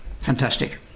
Fantastic